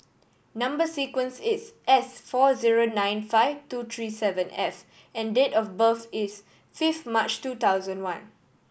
number sequence is S four zero nine five two three seven F and date of birth is fifth March two thousand and one